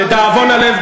לדאבון הלב,